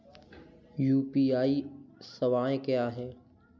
UPI सवायें क्या हैं?